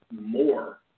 more